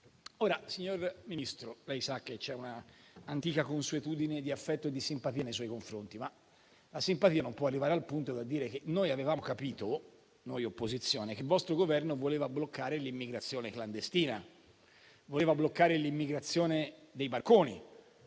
signor Ministro, lei sa che c'è un'antica consuetudine di affetto e di simpatia nei suoi confronti, ma la simpatia può arrivare fino a un certo punto. Noi avevamo capito - noi opposizione - che il vostro Governo voleva bloccare l'immigrazione clandestina, voleva bloccare l'immigrazione dei barconi.